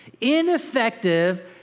ineffective